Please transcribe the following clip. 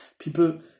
People